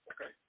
Okay